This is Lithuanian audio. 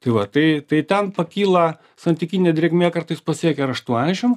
tai va tai tai ten pakyla santykinė drėgmė kartais pasiekia ir aštuoniašim